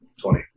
Twenty